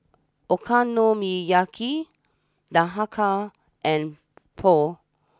Okonomiyaki Dhokla and Pho